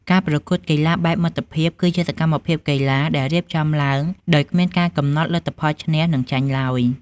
ការប្រកួតកីឡាបែបមិត្តភាព គឺជាសកម្មភាពកីឡាដែលរៀបចំឡើងដោយគ្មានការកំណត់លទ្ធផលឈ្នះ និងចាញ់ឡើយ។